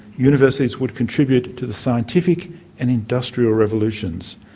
universities would contribute to the scientific and industrial revolutions.